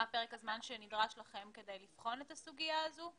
פרק הזמן שנדרש לכם כדי לבחון את הסוגיה הזו?